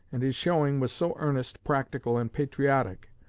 and his showing was so earnest, practical, and patriotic,